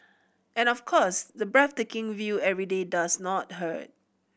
and of course the breathtaking view every day does not hurt